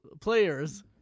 players